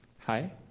hi